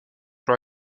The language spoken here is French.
pour